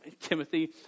Timothy